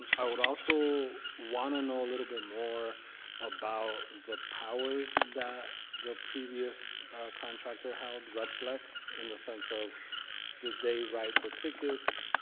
i would also want to know a little bit more about the powers that the previous contract held, red flex, in the sense of did they write the tickets,